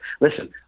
Listen